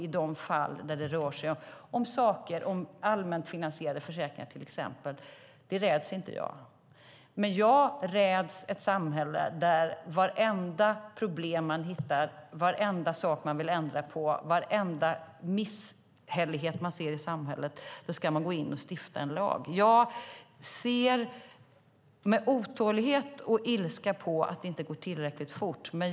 I de fall det rör sig om till exempel allmänt finansierade försäkringar räds inte jag. Men jag räds ett samhälle där man vid vartenda problem, varenda sak man vill ändra på, varenda misshällighet i samhället ska stifta en lag. Jag ser med otålighet och ilska på att det inte går tillräckligt fort.